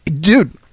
dude